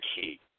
key